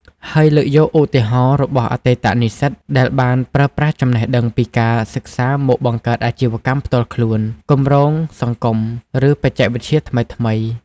ហើយលើកយកឧទាហរណ៍របស់អតីតនិស្សិតដែលបានប្រើប្រាស់ចំណេះដឹងពីការសិក្សាមកបង្កើតអាជីវកម្មផ្ទាល់ខ្លួន គម្រោងសង្គម ឬបច្ចេកវិទ្យាថ្មីៗ។